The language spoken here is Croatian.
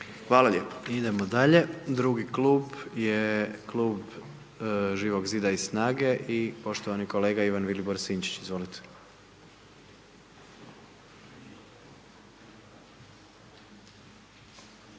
Hvala. Idemo dalje drugi klub je Klub Živog zida i SNAGE i poštovani kolega Ivan Vilibor Sinčić, izvolite.